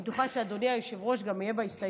ואני בטוחה שאדוני היושב-ראש גם יהיה בהסתייגות,